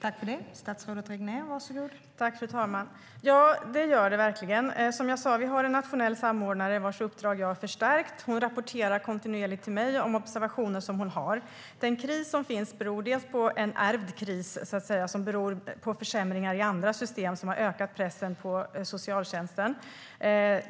Fru talman! Ja, det gör det verkligen. Som jag sa har vi en nationell samordnare vars uppdrag jag har förstärkt. Hon rapporterar kontinuerligt till mig om observationer som hon gör. Den kris som finns är delvis en ärvd kris som beror på försämringar i andra system som har ökat pressen på socialtjänsten.